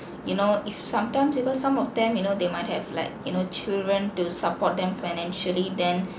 you know if sometimes because some of them you know they might have like you know children to support them financially then